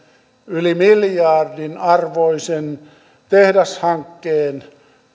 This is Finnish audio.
yli miljardin arvoisen tehdashankkeen